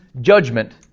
judgment